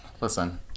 Listen